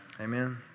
Amen